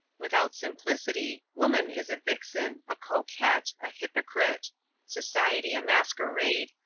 without simplicity, woman is a vixen, a coquette, a hypocrite society a masquerade,